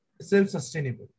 self-sustainable